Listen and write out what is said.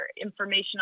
information